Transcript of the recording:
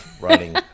writing